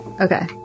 Okay